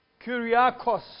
Kyriakos